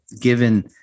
given